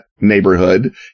neighborhood